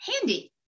handy